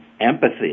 empathy